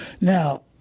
Now